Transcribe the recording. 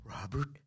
Robert